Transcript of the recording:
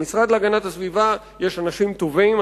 למשרד להגנת הסביבה יש אנשים טובים,